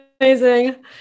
amazing